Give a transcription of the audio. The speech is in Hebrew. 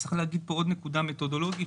צריך להגיד פה עוד נקודה מתודולוגית,